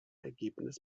ergebnis